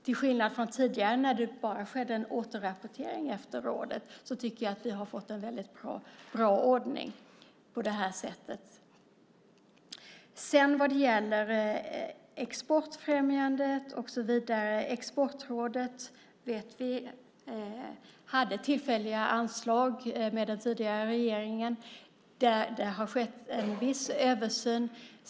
Till skillnad mot tidigare när det bara skedde en återrapportering efter rådet tycker jag att vi nu har fått en väldigt bra ordning på det här sättet. Vi vet att Exportrådet hade tillfälliga anslag under den tidigare regeringen. Det har skett en viss översyn där.